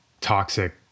toxic